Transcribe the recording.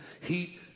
Heat